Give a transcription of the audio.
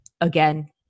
again